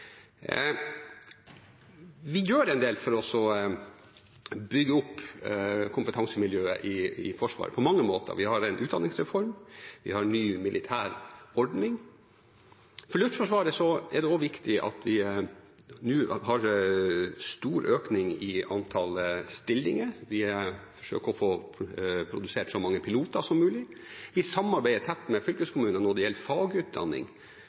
Vi gjør en del for å bygge opp kompetansemiljøet i Forsvaret på mange måter. Vi har en utdanningsreform, vi har en ny militær ordning. For Luftforsvaret er det også viktig at vi nå har stor økning i antallet stillinger. Vi forsøker å få produsert så mange piloter som mulig. Vi samarbeider tett med fylkeskommunene når det gjelder fagutdanning,